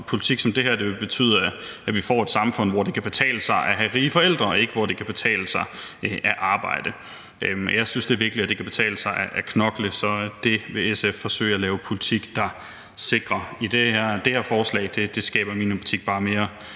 Politik som det her vil betyde, at vi får et samfund, hvor det kan betale sig at have rige forældre, og ikke, hvor det kan betale sig at arbejde. Jeg synes, det er vigtigt, at det kan betale sig at knokle, så det vil SF forsøge at lave politik, der sikrer. Det her forslag skaber i min optik bare mere